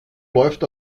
läuft